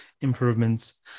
improvements